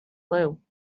glue